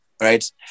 Right